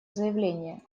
заявление